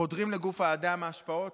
שחודרים לגוף האדם, השפעות